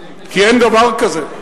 כי אין דבר כזה.